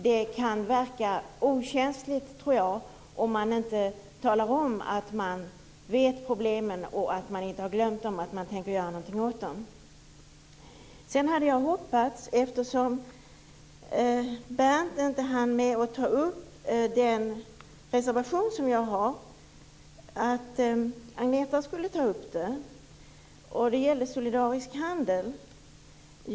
Det kan verka okänsligt om man inte talar om att man känner till problemen, att man inte har glömt dem utan att man tänker göra något åt dem. Eftersom Berndt inte hann med att ta upp min reservation hade jag hoppats att Agneta skulle ta upp den. Det gäller solidarisk handel.